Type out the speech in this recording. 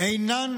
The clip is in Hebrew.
אינן